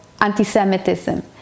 anti-Semitism